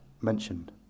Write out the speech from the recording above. mentioned